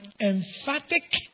emphatic